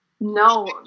No